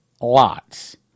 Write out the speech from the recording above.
lots